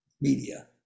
media